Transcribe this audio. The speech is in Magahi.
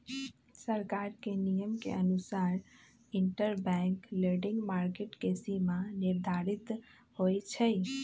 सरकार के नियम के अनुसार इंटरबैंक लैंडिंग मार्केट के सीमा निर्धारित होई छई